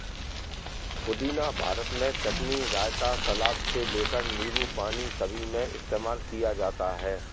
पुदीना भारत में चटनी, रायता, सलाद से लेकर नींबू पानी सभी में इस्तेमाल किया जाता है